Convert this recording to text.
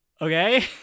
Okay